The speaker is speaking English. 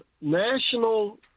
national